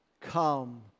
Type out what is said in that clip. Come